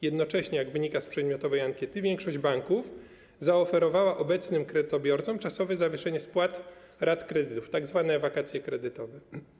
Jednocześnie, jak wynika z przedmiotowej ankiety, większość banków zaoferowała obecnym kredytobiorcom czasowe zawieszenie spłat rat kredytów, tzw. wakacje kredytowe.